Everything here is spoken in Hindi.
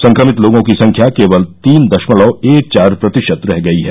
संक्रमित लोगों की संख्या केवल तीन दशमलव एक चार प्रतिशत रह गई है